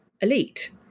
elite